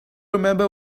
remember